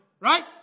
right